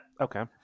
Okay